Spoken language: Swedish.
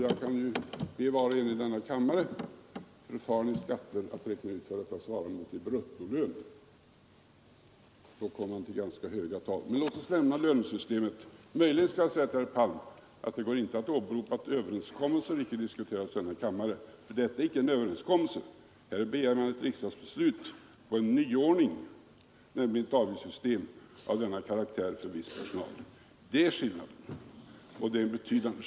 Jag kan ju be var och en i kammaren som är förfaren i skatter att räkna ut vad detta svarar mot i bruttolön. Då kommer vi upp till ganska höga tal. Men låt oss lämna lönesystemet! Möjligen skall jag säga till herr Palm att det går inte att åberopa att överenskommelser icke diskuteras i denna kammare, för detta är icke en överenskommelse. Här begär man ett riksdagsbeslut om en nyordning, nämligen ett avgiftssystem av denna karaktär för viss personal. Det är skillnaden, och den är betydande.